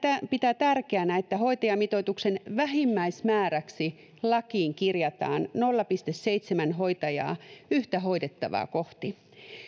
pitää tärkeänä että hoitajamitoituksen vähimmäismääräksi lakiin kirjataan nolla pilkku seitsemän hoitajaa yhtä hoidettavaa kohti